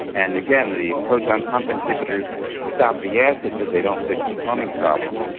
and again, the proton pump inhibitors stop the acid but they don't fix the plumbing problem.